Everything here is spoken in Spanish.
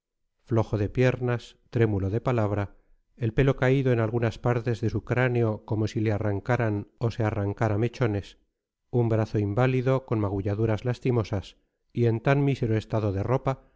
flojo de piernas trémulo de palabra el pelo caído en algunas partes de su cráneo como si le arrancaran o se arrancara mechones un brazo inválido con magulladuras lastimosas y en tan mísero estado de ropa